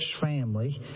family